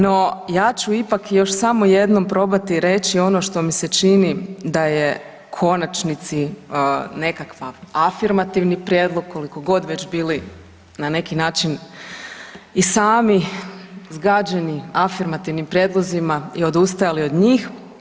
No, ja ću ipak još samo jednom probati reći ono što mi se čini da je konačni cilj, nekakav afirmativni prijedlog koliko god već bili na neki način i sami zgađeni afirmativnim prijedlozima i odustajali od njih.